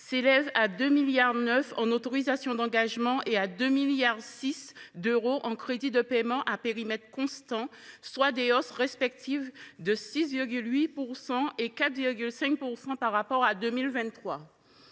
s’élèvent à 2,9 milliards d’euros en autorisations d’engagement et à 2,6 milliards d’euros en crédits de paiement à périmètre constant, soit des hausses respectives de 6,8 % et de 4,5 % par rapport à 2023.